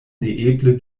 neeble